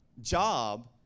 job